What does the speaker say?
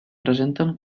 presenten